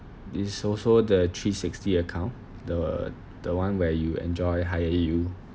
it's also the three sixty account the the one where you enjoy higher yield